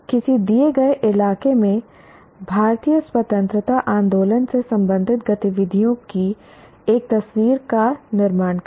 किसी दिए गए इलाके में भारतीय स्वतंत्रता आंदोलन से संबंधित गतिविधियों की एक तस्वीर का निर्माण करें